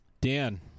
Dan